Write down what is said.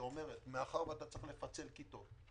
שאומרת: מאחר שאתה צריך לפצל כיתות,